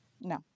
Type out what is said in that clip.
No